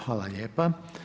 Hvala lijepa.